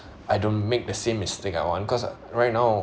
I don't make the same mistake I want cause right now